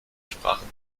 sprachen